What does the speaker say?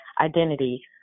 identity